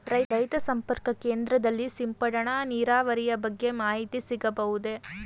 ರೈತ ಸಂಪರ್ಕ ಕೇಂದ್ರದಲ್ಲಿ ಸಿಂಪಡಣಾ ನೀರಾವರಿಯ ಬಗ್ಗೆ ಮಾಹಿತಿ ಸಿಗಬಹುದೇ?